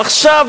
עכשיו,